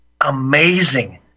Amazing